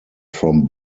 from